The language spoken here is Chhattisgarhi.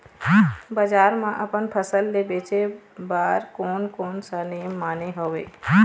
बजार मा अपन फसल ले बेचे बार कोन कौन सा नेम माने हवे?